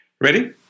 Ready